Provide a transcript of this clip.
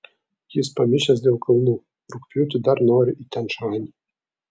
jis pamišęs dėl kalnų rugpjūtį dar nori į tian šanį